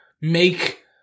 make